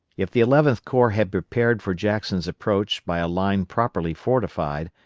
if the eleventh corps had prepared for jackson's approach by a line properly fortified,